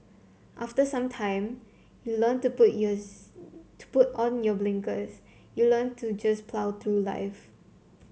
after some time you learn to put yours to put on your blinkers you learn to just plough through life